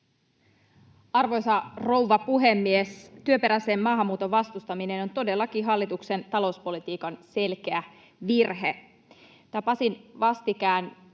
Arvoisa rouva puhemies! Työperäisen maahanmuuton vastustaminen on todellakin hallituksen talouspolitiikan selkeä virhe. Tapasin vastikään